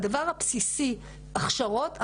הדבר הבסיסי הוא הכשרות.